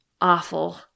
awful